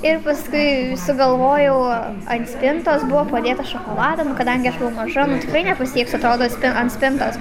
ir paskui sugalvojau ant spintos buvo padėta šokolado nu kadangi aš buvau maža nu tikrai nepasieksiu atrodo spi ant spintos